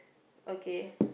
okay